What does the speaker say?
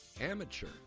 amateur